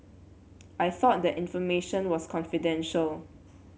I thought that information was confidential